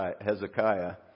Hezekiah